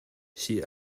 she